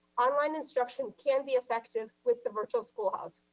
online instruction can be effective with the virtual school house.